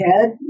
head